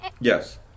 Yes